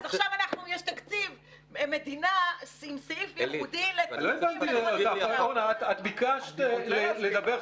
אז עכשיו יש תקציב מדינה עם סעיף ייעודי ל --- את ביקשת לדבר.